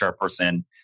person